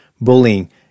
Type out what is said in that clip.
bullying